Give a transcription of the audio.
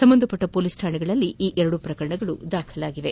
ಸಂಬಂಧಪಟ್ಟ ಮೋಲೀಸ್ ಕಾಣೆಗಳಲ್ಲಿ ಈ ಎರಡೂ ಪ್ರಕರಣಗಳು ದಾಖಲಾಗಿವೆ